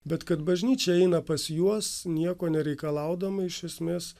bet kad bažnyčia eina pas juos nieko nereikalaudama iš esmės